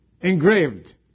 Engraved